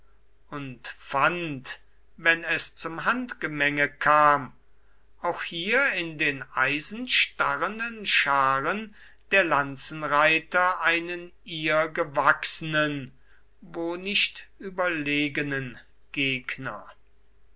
und fand wenn es zum handgemenge kam auch hier in den eisenstarrenden scharen der lanzenreiter einen ihr gewachsenen wo nicht überlegenen gegner